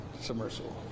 submersible